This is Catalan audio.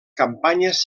campanyes